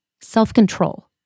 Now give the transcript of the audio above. self-control